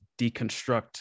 deconstruct